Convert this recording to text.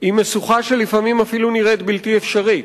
משוכה שלפעמים אפילו נראית בלתי אפשרית.